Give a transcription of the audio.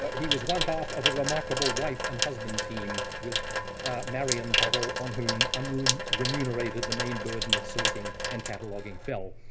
he was one half of a remarkable wife and husband team, with marion pottle, on whom and whom remunerated the main burden of sorting and cataloging fell.